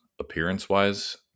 appearance-wise